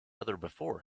before